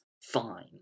fine